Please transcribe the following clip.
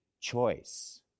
choice